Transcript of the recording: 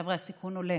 חבר'ה, הסיכון עולה.